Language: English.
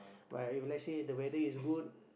but if let's say the weather is good